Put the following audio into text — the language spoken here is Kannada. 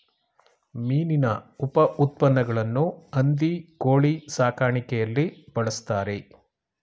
ಮೀನಿನ ಉಪಉತ್ಪನ್ನಗಳನ್ನು ಹಂದಿ ಕೋಳಿ ಸಾಕಾಣಿಕೆಯಲ್ಲಿ ಬಳ್ಸತ್ತರೆ